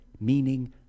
meaning